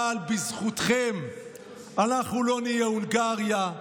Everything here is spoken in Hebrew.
אבל בזכותכם אנחנו לא נהיה הונגריה,